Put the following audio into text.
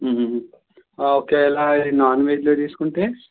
ఒకవేళ నాన్వెజ్లో తీసుకుంటే